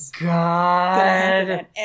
God